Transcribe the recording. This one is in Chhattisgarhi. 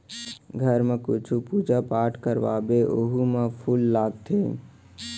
घर म कुछु पूजा पाठ करवाबे ओहू म फूल लागथे